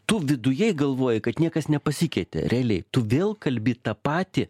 tu vidujai galvoji kad niekas nepasikeitė realiai tu vėl kalbi tą patį